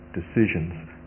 decisions